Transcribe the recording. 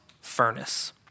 furnace